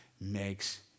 makes